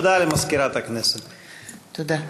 תודה.